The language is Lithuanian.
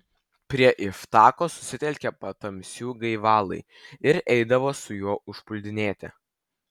prie iftacho susitelkė patamsių gaivalai ir eidavo su juo užpuldinėti